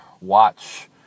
watch